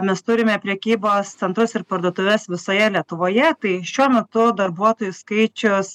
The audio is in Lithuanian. mes turime prekybos centrus ir parduotuves visoje lietuvoje tai šiuo metu darbuotojų skaičius